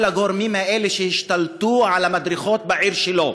הגורמים האלה שהשתלטו על המדרכות בעיר שלו,